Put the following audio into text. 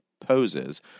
poses